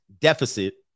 deficit